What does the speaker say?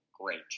great